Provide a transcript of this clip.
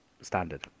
standard